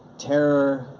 terror,